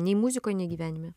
nei muzikoj nei gyvenime